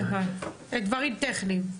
כלומר, דברים טכניים.